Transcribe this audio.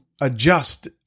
adjust